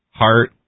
heart